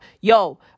Yo